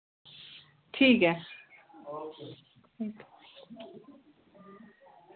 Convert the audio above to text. ठीक ऐ